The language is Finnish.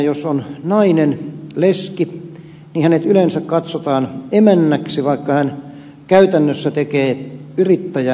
jos maatilayrittäjänä on nainen leski niin hänet yleensä katsotaan emännäksi vaikka hän käytännössä tekee yrittäjän työn